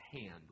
hand